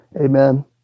Amen